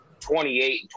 28